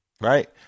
Right